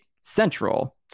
central